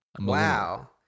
Wow